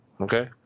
Okay